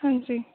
ਹਾਂਜੀ